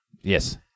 Yes